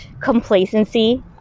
complacency